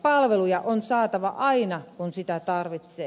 palveluja on saatava aina kun niitä tarvitsee